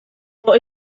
for